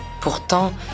Pourtant